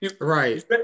Right